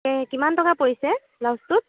এই কিমান টকা পৰিছে ব্লাউজটোত